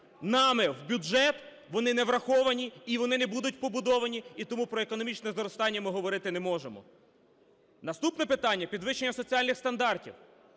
нами в бюджет, вони не враховані і вони не будуть побудовані, і тому про економічне зростання ми говорити не можемо. Наступне питання – підвищення соціальних стандартів.